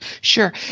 Sure